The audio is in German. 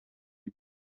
die